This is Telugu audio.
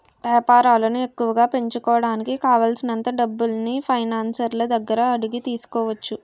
వేపారాలను ఎక్కువగా పెంచుకోడానికి కావాలిసినంత డబ్బుల్ని ఫైనాన్సర్ల దగ్గర అడిగి తీసుకోవచ్చు